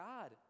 God